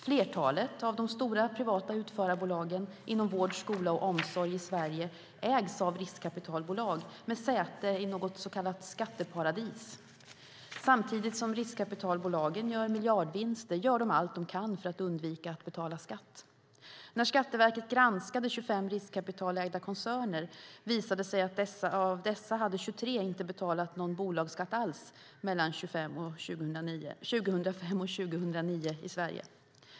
Flertalet av de stora privata utförarbolagen inom vård, skola och omsorg i Sverige ägs av riskkapitalbolag med säte i något så kallat skatteparadis. Samtidigt som riskkapitalbolagen gör miljardvinster gör de allt de kan för att undvika att betala skatt. När Skatteverket granskade 25 riskkapitalägda koncerner visade det sig att av dessa hade 23 inte betalat någon bolagsskatt alls i Sverige mellan 2005 och 2009.